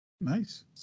Nice